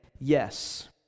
yes